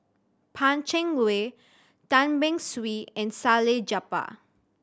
Pan Cheng Lui Tan Beng Swee and Salleh Japar